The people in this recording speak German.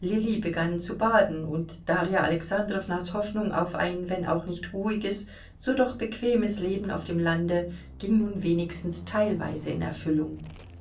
lilly begann zu baden und darja alexandrownas hoffnung auf ein wenn auch nicht ruhiges so doch bequemes leben auf dem lande ging nun wenigstens teilweise in erfüllung